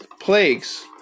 plagues